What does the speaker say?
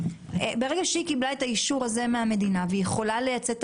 ברגע שהיא קיבלה את האישור הזה מהמדינה והיא יכולה לייצא את